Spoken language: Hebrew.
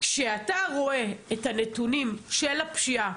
כשאתה רואה את הנתונים של הפשיעה,